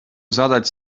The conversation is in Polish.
zadać